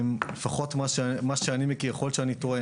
זה לפחות ממה שאני מכיר, ויכול להיות שאני טועה.